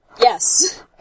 Yes